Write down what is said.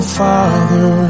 father